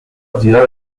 girare